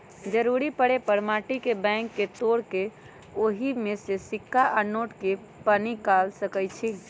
जरूरी परे पर माटी के बैंक के तोड़ कऽ ओहि में से सिक्का आ नोट के पनिकाल सकै छी